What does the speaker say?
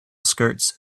skirts